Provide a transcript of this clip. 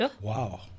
Wow